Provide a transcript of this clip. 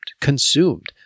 consumed